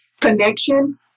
connection